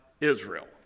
Israel